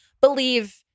believe